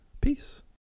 peace